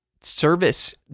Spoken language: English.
service